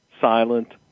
silent